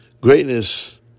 greatness